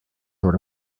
sort